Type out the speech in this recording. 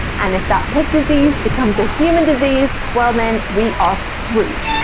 and if that pig disease becomes a human disease, well then, we are screwed.